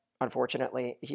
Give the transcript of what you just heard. unfortunately